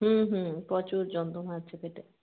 হুম হুম প্রচুর যন্ত্রনা হচ্ছে পেটে